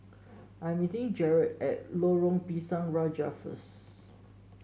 I'm meeting Jarett at Lorong Pisang Raja first